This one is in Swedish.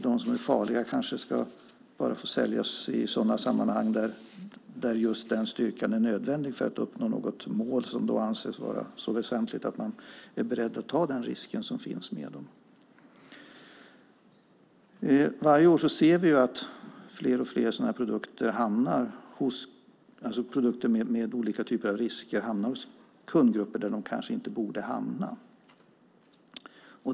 De som är farliga kanske bara ska få säljas i sådana sammanhang där just den styrkan är nödvändig för att uppnå något mål som anses vara så väsentligt att man är beredd att ta den risk som finns med produkterna. Varje år ser vi att fler och fler produkter med olika typer av risker hamnar hos kundgrupper där de kanske inte borde hamna.